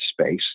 space